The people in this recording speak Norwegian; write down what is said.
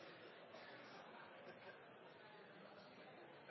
samme